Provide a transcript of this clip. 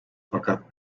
fakat